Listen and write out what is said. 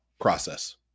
process